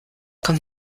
komm